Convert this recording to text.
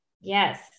Yes